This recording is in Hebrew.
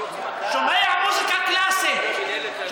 שומע מוזיקה קלאסית,